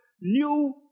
new